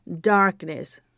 darkness